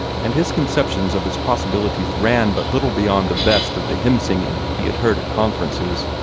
and his conceptions of its possibilities ran but little beyond the best of the hymn-singing he had heard at conferences,